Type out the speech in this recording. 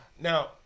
now